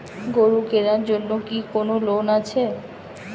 গরু কেনার জন্য কি কোন লোন আছে?